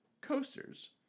coasters